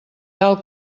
tal